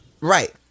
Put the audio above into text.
Right